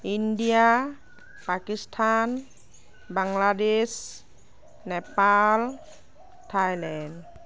India Pakistan Bangladesh Nepal Thailand